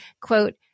quote